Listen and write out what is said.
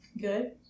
good